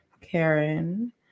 Karen